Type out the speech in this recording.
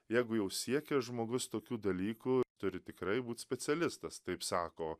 jeigu jau siekia žmogus tokių dalykų turi tikrai būt specialistas taip sako